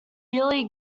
billy